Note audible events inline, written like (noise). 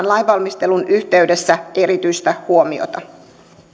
(unintelligible) lainvalmistelun yhteydessä erityistä huomiota